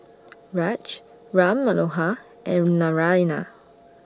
Raj Ram Manohar and Naraina